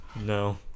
No